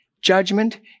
judgment